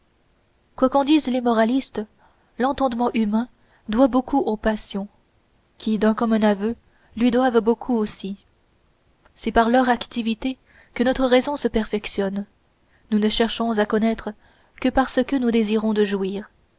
quoi qu'en disent les moralistes l'entendement humain doit beaucoup aux passions qui d'un commun aveu lui doivent beaucoup aussi c'est par leur activité que notre raison se perfectionne nous ne cherchons à connaître que parce que nous désirons de jouir